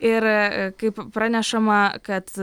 ir kaip pranešama kad